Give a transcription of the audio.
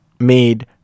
made